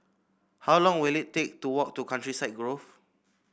how long will it take to walk to Countryside Grove